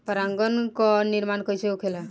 पराग कण क निर्माण कइसे होखेला?